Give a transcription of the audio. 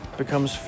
becomes